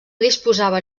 disposava